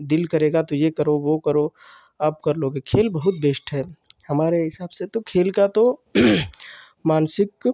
दिल करेगा तो यह करो वह करो आप कर लोगे खेल बहुत बेस्ट है हमारे हिसाब से तो खेल का तो मानसिक